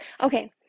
Okay